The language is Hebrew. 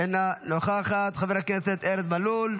אינה נוכחת, חבר הכנסת ארז מלול,